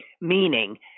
meaning